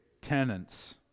tenants